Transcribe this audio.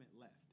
left